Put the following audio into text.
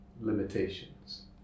limitations